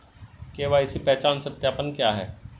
KYC पहचान सत्यापन क्या है?